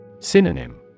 Synonym